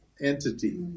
entity